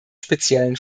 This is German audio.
speziellen